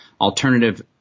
alternative